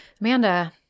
Amanda